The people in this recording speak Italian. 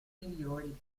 migliori